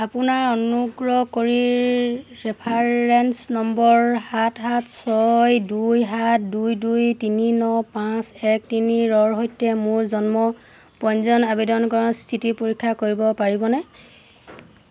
আপোনাৰ অনুগ্ৰহ কৰি ৰেফাৰেন্স নম্বৰ সাত সাত ছয় দুই সাত দুই দুই তিনি ন পাঁচ এক তিনিৰ সৈতে মোৰ জন্ম পঞ্জীয়ন আবেদনকৰণ স্থিতি পৰীক্ষা কৰিব পাৰিবনে